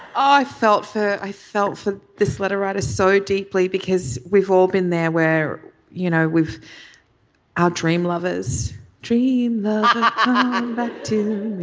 i felt for i felt for this letter writer so deeply because we've all been there where you know we've our dream lovers dream um ah but to